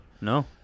No